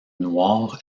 noir